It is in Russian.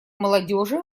молодежи